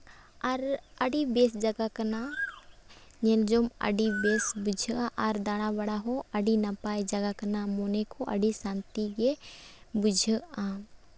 ᱟᱨ ᱟᱹᱰᱤ ᱵᱮᱹᱥ ᱡᱟᱭᱟᱜ ᱠᱟᱱᱟ ᱧᱮᱞ ᱧᱚᱜ ᱟᱹᱰᱤ ᱵᱮᱹᱥ ᱵᱩᱡᱷᱟᱹᱜᱼᱟ ᱟᱨ ᱫᱟᱬᱟ ᱵᱟᱲᱟᱭ ᱦᱚᱸ ᱟᱹᱰᱤ ᱱᱟᱯᱟᱭ ᱡᱟᱭᱜᱟ ᱠᱟᱱᱟ ᱢᱚᱱᱮ ᱠᱚ ᱟᱹᱰᱤ ᱥᱟᱱᱛᱤ ᱜᱮ ᱵᱩᱡᱷᱟᱹᱜᱼᱟ